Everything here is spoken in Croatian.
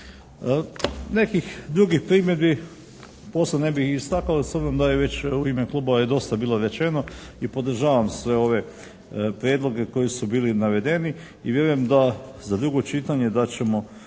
Nekih drugih primjedbi posebno ne bih istaknuo. S obzirom da je već u ime klubova je dosta bilo rečeno. I podržavam sve ove prijedloge koji su bili navedeni. I vjerujem da za drugo čitanje, s